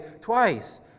twice